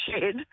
shed